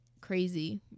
crazy